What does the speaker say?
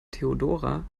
theodora